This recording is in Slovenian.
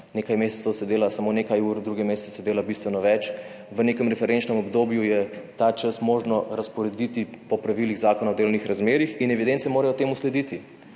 nekaj mesecev se dela samo nekaj ur, druge mesece se dela bistveno več. V nekem referenčnem obdobju je ta čas možno razporediti po pravilih zakona o delovnih razmerjih in evidence morajo temu slediti.